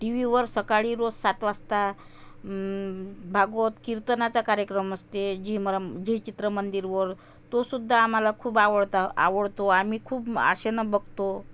टिव्हीवर सकाळी रोज सात वाजता भागवत कीर्तनाचा कार्यक्रम असते झी मरम झी चित्र मंदिरवर तो सुद्धा आम्हाला खूप आवडतं आवडतो आम्ही खूप आशेनं बघतो